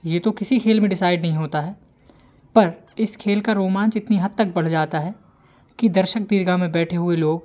ये तो किसी खेल में डिसाइड नहीं होता है पर इस खेल का रोमांच इतनी हद तक बढ़ जाता है कि दर्शन दीर्घा में बैठे हुए लोग